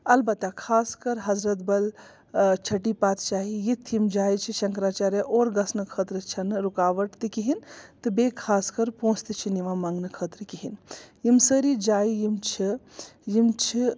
البتہٕ خاص کَر حضرت بل چھٹی پادشاہی یِتھۍ یِم جایہِ چھِ شنکرآچاریہِ اور گژھنہٕ خٲطرٕ چھَنہٕ رُکاوَٹ تہِ کِہیٖنٛۍ تہٕ بیٚیہِ خاص کَر پۅنٛسہٕ تہِ چھِ یِوان منٛگنہٕ خٲطرٕ کِہیٖنٛۍ یِم سٲری جایہِ یِم چھِ یِم چھِ